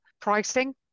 pricing